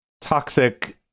toxic